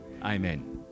Amen